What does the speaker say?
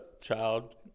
child